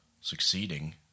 succeeding